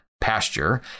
pasture